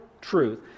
truth